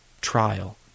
trial